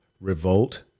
revolt